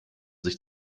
sich